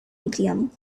medium